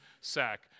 sack